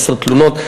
עשר תלונות.